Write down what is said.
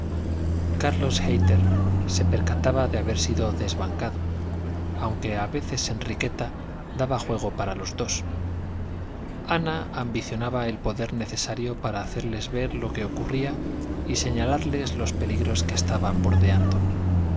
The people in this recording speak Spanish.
carlos hayter se percataba de haber sido deshancado aunque a veces enriqueta daba juego para los dos ana ambicionaba el poder necesario para hacerles ver lo que ocurría y señalarles los peligros que estaban bordeando sin